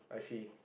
I see